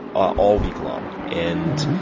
ah all week long. and,